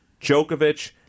Djokovic